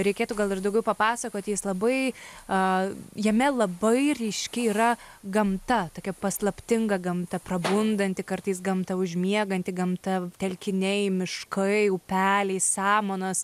reikėtų gal ir daugiau papasakoti jis labai a jame labai ryški yra gamta tokia paslaptinga gamta prabundanti kartais gamta užmieganti gamta telkiniai miškai upeliai samanos